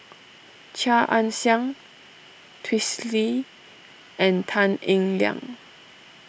Chia Ann Siang Twisstii and Tan Eng Liang